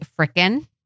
frickin